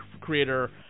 creator